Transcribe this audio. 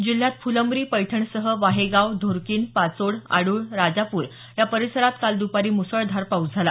जिल्ह्यात फुलंब्री पैठणसह वाहेगांव ढोरकीन पाचोड आडूळ राजापूर या परिसरात काल दुपारी मुसळधार पाऊस झाला